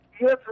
yes